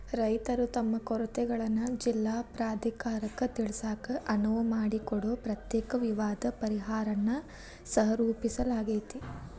ರೈತರು ತಮ್ಮ ಕೊರತೆಗಳನ್ನ ಜಿಲ್ಲಾ ಪ್ರಾಧಿಕಾರಕ್ಕ ತಿಳಿಸಾಕ ಅನುವು ಮಾಡಿಕೊಡೊ ಪ್ರತ್ಯೇಕ ವಿವಾದ ಪರಿಹಾರನ್ನ ಸಹರೂಪಿಸಲಾಗ್ಯಾತಿ